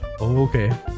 okay